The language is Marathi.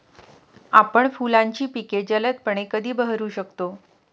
आपण फुलांची पिके जलदपणे कधी बहरू शकतो?